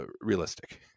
realistic